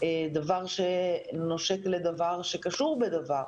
דבר שנושק לדבר שקשור בדבר.